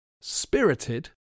spirited